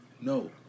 No